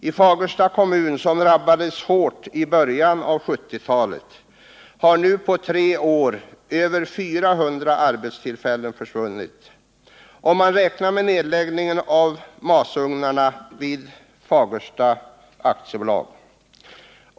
I Fagersta kommun, som drabbades hårt i början av 1970-talet, har nu på tre år över 400 arbetstillfällen försvunnit om man räknar med nedläggningen av masugnarna vid Fagersta AB.